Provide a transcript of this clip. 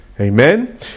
Amen